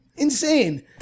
insane